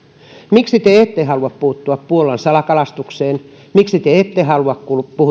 miksi te ette halua puuttua puolan salakalastukseen miksi te ette halua